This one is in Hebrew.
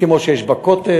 כמו שיש בכותל,